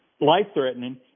life-threatening